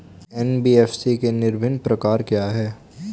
NBFC के विभिन्न प्रकार क्या हैं?